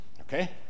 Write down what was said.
Okay